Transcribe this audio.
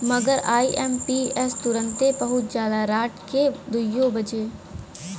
मगर आई.एम.पी.एस तुरन्ते पहुच जाला राट के दुइयो बजे